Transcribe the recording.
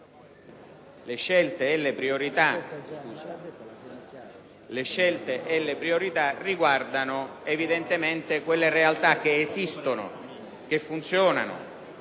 Le scelte e le priorità riguardano evidentemente quelle realtà che esistono, che funzionano,